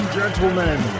gentlemen